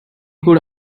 could